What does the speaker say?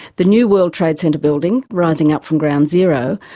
the new world trade center building, rising up from ground zero,